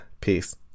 peace